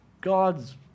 God's